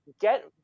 Get